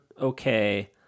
okay